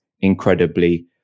incredibly